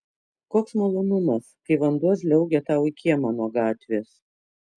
koks malonumas kai vanduo žliaugia tau į kiemą nuo gatvės